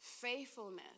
faithfulness